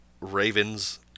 Ravens